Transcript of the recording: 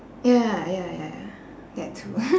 ya ya ya ya that too